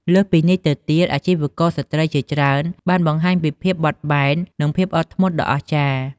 លើសពីនេះទៅទៀត អាជីវករស្ត្រីជាច្រើនបានបង្ហាញពីភាពបត់បែន និងភាពធន់ដ៏អស្ចារ្យ។